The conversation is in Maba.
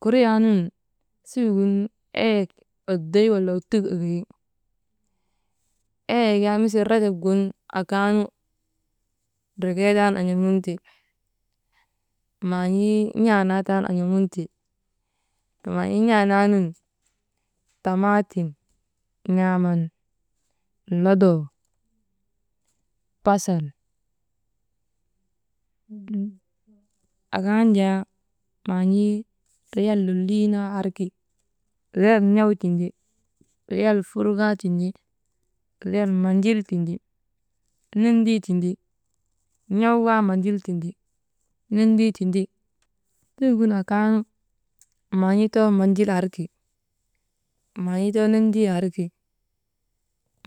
Kudriyaanun suugin eyek oddoy wala ottuk ekeyi, eyek yak misil rajob gin akaanu drekee taanu an̰amun te, man̰ii n̰aanaa tan an̰amunte, maan̰ii n̰anaanun tamaatim n̰aaman lodoo, basal akan jaa maan̰ii riyal lolii naa arki. Riyal n̰aw tindi, riyal furkay tindi, riyal manjil tindi, n̰endi tindi, n̰awuu kaa manjil tindi, n̰endii tindi, suugin akaanu. Maan̰ii too manjil arki maan̰ii too n̰endii arki,